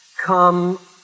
come